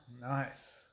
Nice